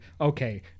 okay